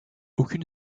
aucune